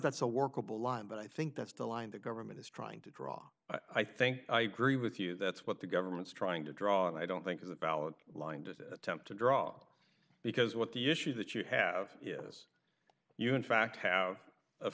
that's a workable line but i think that's the line the government is trying to draw i think i agree with you that's what the government's trying to draw and i don't think it's about lying to attempt to draw because what the issues that you have yes you in fact h